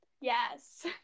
Yes